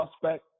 suspect